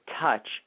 touch